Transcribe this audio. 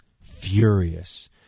furious